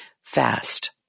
fast